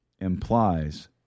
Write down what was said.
implies